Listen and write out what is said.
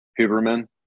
Huberman